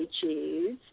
choose